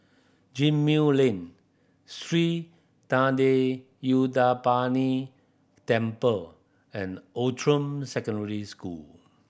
Gemmill Lane Sri Thendayuthapani Temple and Outram Secondary School